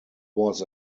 was